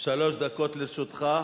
שלוש דקות לרשותך,